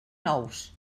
nous